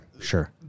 sure